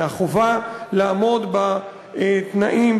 מהחובה לעמוד בתנאים,